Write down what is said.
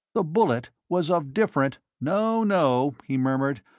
the bullet was of different no, no, he murmured,